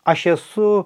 aš esu